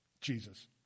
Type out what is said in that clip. Jesus